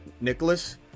Nicholas